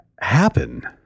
happen